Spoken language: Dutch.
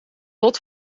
bot